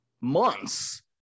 months